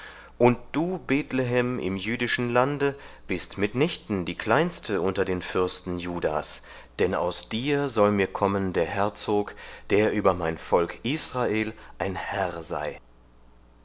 und du bethlehem im jüdischen lande bist mitnichten die kleinste unter den fürsten juda's denn aus dir soll mir kommen der herzog der über mein volk israel ein herr sei